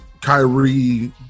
Kyrie